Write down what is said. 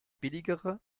billigere